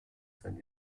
sein